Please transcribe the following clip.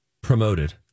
promoted